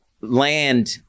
land